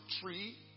tree